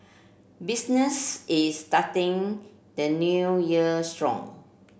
business is starting the New Year strong